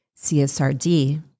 CSRD